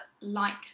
likes